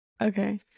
okay